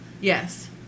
Yes